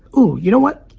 ooh you know what?